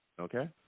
okay